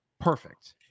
perfect